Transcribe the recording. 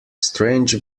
strange